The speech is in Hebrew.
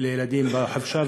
לילדים בחופשה.